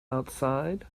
outside